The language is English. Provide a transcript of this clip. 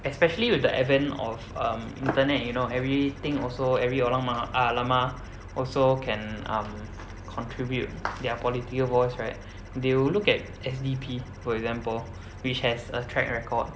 especially with the advent of um internet you know everything also every orang ma~ ah lama also can um contribute their political voice right they will look at S_D_P for example which has a track record